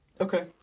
Okay